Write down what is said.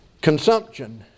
consumption